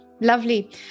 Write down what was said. Lovely